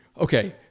okay